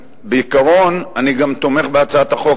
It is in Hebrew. בעיקרון אני גם תומך בהצעת החוק.